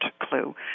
clue